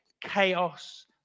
Chaos